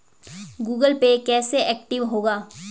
Google Pay कैसे active होगा?